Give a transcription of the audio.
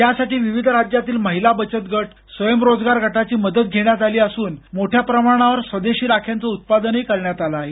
त्यासाठी विविध राज्यातील महिला बचत गट स्वयंरोजगार गटाची मदत घेण्यात आली असून मोठ्या प्रमाणावर स्वदेशी राख्यांचं उत्पादन करण्यात आलं आहे